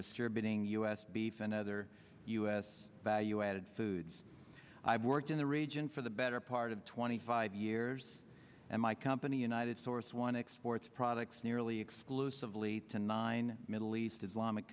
distributing u s beef and other u s value added foods i've worked in the region for the better part of twenty five years and my company united source one exports products nearly exclusively to nine middle east islamic